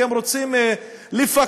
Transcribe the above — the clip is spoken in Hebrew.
כי הם רוצים לפקח,